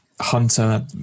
Hunter